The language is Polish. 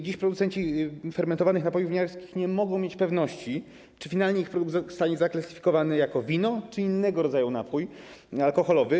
Dziś producenci fermentowanych napojów winiarskich nie mogą mieć pewności, czy finalnie ich produkt zostanie zaklasyfikowany jako wino czy innego rodzaju napój alkoholowy.